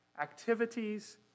activities